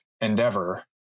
endeavor